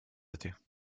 athées